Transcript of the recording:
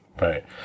Right